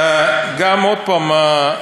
עוד פעם,